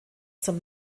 zum